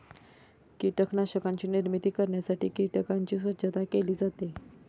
कीटकांची निर्मिती करण्यासाठी कीटकांची स्वच्छता केली जाते